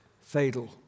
fatal